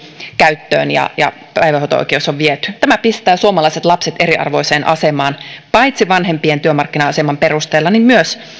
käyttöön ja ja päivähoito oikeus on viety tämä pistää suomalaiset lapset eriarvoiseen asemaan paitsi vanhempien työmarkkina aseman perusteella myös